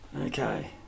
Okay